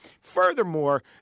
Furthermore